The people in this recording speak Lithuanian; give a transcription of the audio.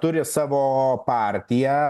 turi savo partiją